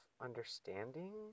understanding